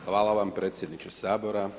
Hvala vam predsjedniče Sabora.